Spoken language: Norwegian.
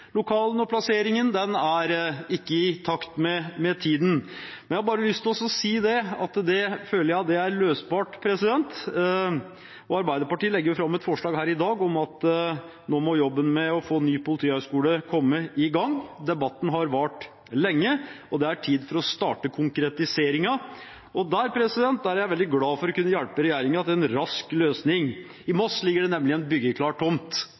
lokalene og plasseringen er ikke i takt med tiden. Jeg har bare lyst til å si at jeg føler det er løsbart. Arbeiderpartiet legger fram et forslag her i dag om at nå må jobben med å få ny politihøgskole komme i gang. Debatten har vart lenge, og det er tid for å starte konkretiseringen. Da er jeg veldig glad for å kunne hjelpe regjeringen til en rask løsning. I Moss ligger det nemlig en byggeklar tomt